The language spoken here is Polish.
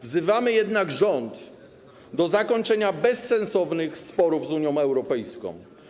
Wzywamy jednak rząd do zakończenia bezsensownych sporów z Unią Europejską.